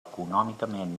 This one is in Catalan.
econòmicament